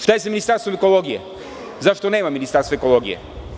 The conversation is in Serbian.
Šta je sa Ministarstvom ekologije, zašto nema Ministarstvo ekologije?